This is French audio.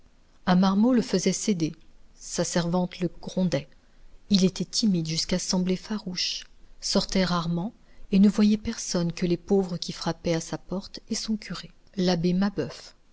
un marmot le faisait céder sa servante le grondait il était timide jusqu'à sembler farouche sortait rarement et ne voyait personne que les pauvres qui frappaient à sa porte et son curé l'abbé mabeuf